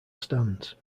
stands